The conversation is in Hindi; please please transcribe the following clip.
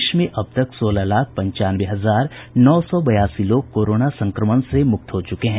देश में अब तक सोलह लाख पंचानवे हजार नौ सौ बयासी लोग कोरोना संक्रमण से मुक्त हो चुके हैं